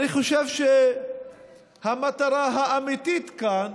אני חושב שהמטרה האמיתית כאן